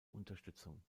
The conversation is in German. unterstützung